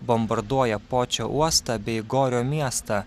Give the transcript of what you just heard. bombarduoja počio uostą bei gorio miestą